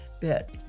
bit